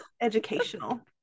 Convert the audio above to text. educational